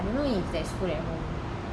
you know if there's food at home